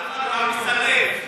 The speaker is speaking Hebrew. למה אתה מסלף?